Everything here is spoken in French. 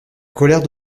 colère